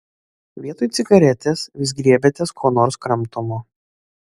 vietoj cigaretės vis griebiatės ko nors kramtomo